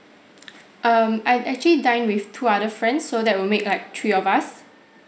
um I actually dined with two other friends so that will make like three of us